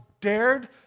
dared